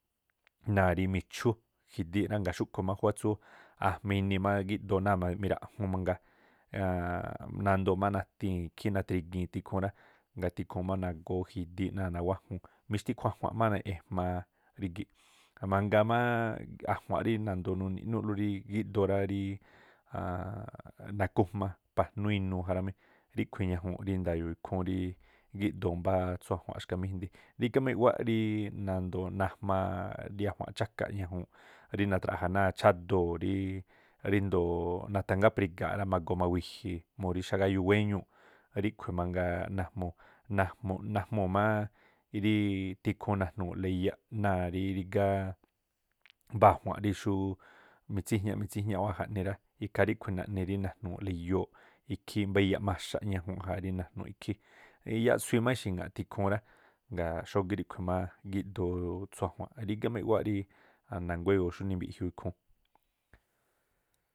Náa̱ rí michú gidííꞌ rá, ngaa̱ xúꞌkhu̱ má khúwá tsú ajma̱ inii má giꞌdoo náa̱ miraꞌjúún mangaa, nandoo má natii̱n ikhí natrigii̱n tikhuu̱n rá, ngaa̱ tikhuun má nagóo̱ jidííꞌ náa̱ nawájun. Mixtikhu a̱ju̱a̱nꞌ má ejmaa rígíꞌ. Mangaa mááꞌ a̱jua̱nꞌ rí nandoo nu̱ni̱ꞌnúúꞌlú rííꞌ gíꞌdoo rá ríí nakujma pajnú inuu jará meꞌ. Ríkhui̱ ñajuunꞌ rí nda̱yo̱o̱ ikhúún ríí gíꞌdoo mbáá tsú a̱jua̱nꞌ xkamíjndi, rígá má i̱ꞌwáꞌ rí nandoo najmaa rí a̱jua̱n chákaꞌ ñajuunꞌ rí nadraꞌja náa̱ chádoo̱ ríí ríndoo̱ nathángá. priga̱a̱ꞌ rá, magoo ma̱wi̱ji̱ mu xágáyuu wéñuuꞌ. Ríꞌkhui̱ mangaa najmuu̱, najmuu̱ máá ríí tikhuu̱n najnu̱u̱ꞌla iyaꞌ, náa̱ rí rigá mbá ajua̱n rí xúú. mitsiꞌjñá, mitsiꞌjñá wáa̱ jaꞌne rá. Ikhaa ríꞌkhui̱ naꞌni rí najnu̱u̱la iyoo̱ꞌ, ikhí mbá iyaꞌ maxaꞌ ̱ñajuun ja rí najnu̱ꞌ ikhí, iyaꞌ suii má ixi̱ŋa̱ꞌ tikhuun rá. Ngaa̱ xógí ríkhui̱ gíꞌdoo tsú a̱jua̱nꞌ rígá má i̱ꞌwáꞌ rí na̱nguá e̱yo̱o̱ xúnii mbiꞌjiuu ikhúúnꞌ.